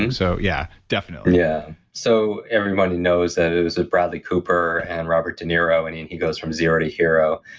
and so, yeah definitely yeah so everyone knows that it was with bradley cooper and robert de niro, and and he goes from zero to hero.